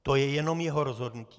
To je jenom jeho rozhodnutí.